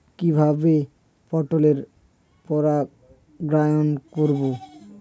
কিভাবে পটলের পরাগায়ন করব?